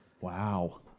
Wow